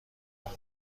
اومد